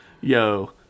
Yo